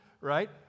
right